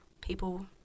people